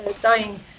dying